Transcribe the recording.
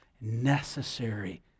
necessary